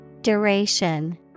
Duration